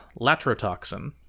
latrotoxin